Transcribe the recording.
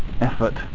effort